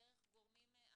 דרך גורמים אחרים,